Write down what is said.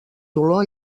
dolor